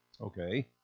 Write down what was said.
Okay